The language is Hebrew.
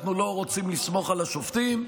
אנחנו לא רוצים לסמוך על השופטים,